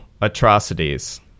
atrocities